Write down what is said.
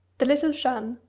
the little jeanne,